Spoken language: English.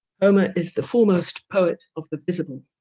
homer is the foremost poet of the visible